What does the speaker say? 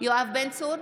יואב בן צור,